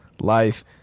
life